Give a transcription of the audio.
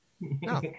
No